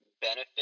benefit